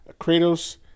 Kratos